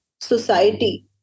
society